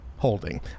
Holding